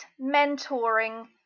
mentoring